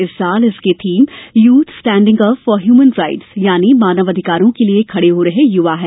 इस साल इसकी theme youth standing up for human rights यानि मानव अधिकारों के लिए खड़े हो रहे युवा है